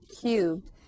cubed